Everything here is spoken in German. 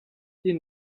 die